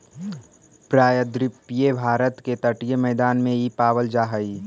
प्रायद्वीपीय भारत के तटीय मैदान में इ पावल जा हई